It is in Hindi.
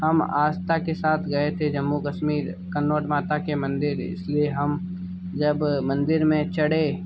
हम आस्था के साथ गए थे जम्मू कश्मीर कन्नोट माता के मंदिर इसलिए हम जब मंदिर में चढ़े